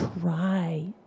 try